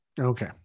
Okay